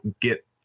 get